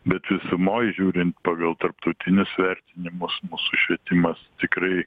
bet visumoj žiūrint pagal tarptautinius vertinimus mūsų švietimas tikrai